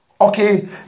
Okay